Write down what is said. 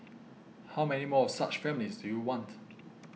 how many more of such families do you want